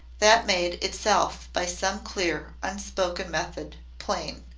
that made itself, by some clear, unspoken method, plain.